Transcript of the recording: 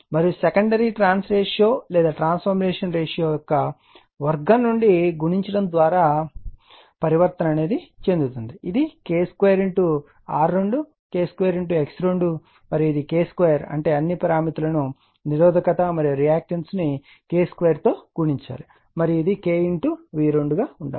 మరియు సెకండరీ వైపు turns ratio లేదా ట్రాన్స్ఫర్మేషన్ రేషియో యొక్క వర్గం ను గుణించడం ద్వారా పరివర్తన చెందుతుంది ఇదిK 2 R2 K 2 X2 మరియు ఇది K2 అంటే అన్ని పారామితుల ను నిరోధకత మరియు రియాక్టన్స్ ను K 2 తో గుణించాలి మరియు ఇది K V2 గా ఉండాలి